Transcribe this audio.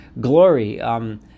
glory